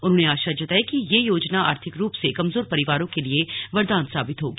उन्होंने आशा जताई कि यह योजना आर्थिक रुप से कमजोर परिवारों के लिए वरदान साबित होगी